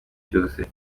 cyose